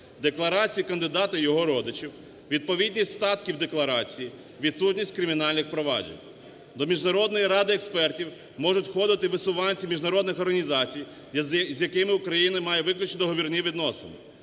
декларації кандидата і його родичів, відповідність статків декларації, відсутність кримінальних проваджень. До Міжнародної ради експертів можуть входити висуванці міжнародних організацій, з якими Україна має виключно договірні відносини